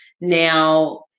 Now